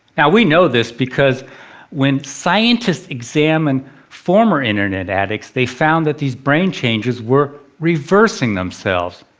we know this because when scientist examined former internet addicts they found that these brain changes were reversing themselves.